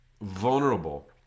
vulnerable